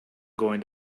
going